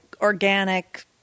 organic